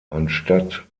anstatt